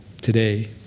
today